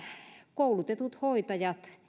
koulutetut hoitajat